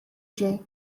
ġej